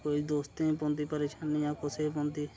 कोई दोस्तें पौंदी परेशानी जां कुसै पौंदी